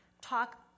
talk